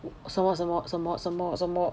什么什么什么什么什么